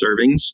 servings